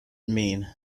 mean